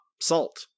Salt